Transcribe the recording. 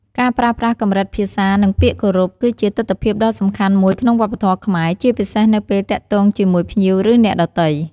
ការប្រើប្រាស់កម្រិតភាសា និងពាក្យគោរព គឺជាទិដ្ឋភាពដ៏សំខាន់មួយក្នុងវប្បធម៌ខ្មែរ ជាពិសេសនៅពេលទាក់ទងជាមួយភ្ញៀវ ឬអ្នកដទៃ។